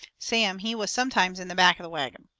sam, he was sometimes in the back of the wagon.